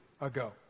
ago